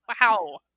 wow